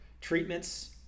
treatments